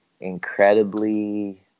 incredibly